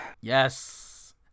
Yes